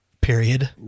period